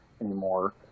anymore